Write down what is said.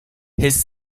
his